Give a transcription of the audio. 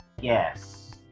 yes